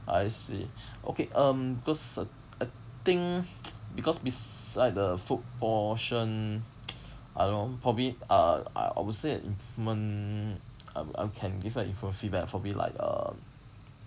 I see okay um cause I I think because besides the food portion I don't know probably uh I would say it improvement uh uh can give a improvement feedback probably like uh